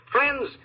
Friends